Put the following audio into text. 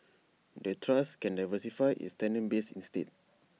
the trust can diversify its tenant base instead